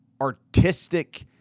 artistic